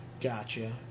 Gotcha